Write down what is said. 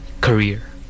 career